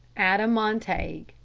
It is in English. ada montague.